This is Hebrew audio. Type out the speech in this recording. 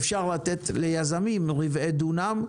אפשר לתת ליזמים רבעי דונם,